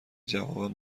جوابم